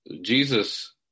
Jesus